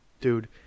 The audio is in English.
dude